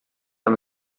amb